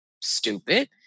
stupid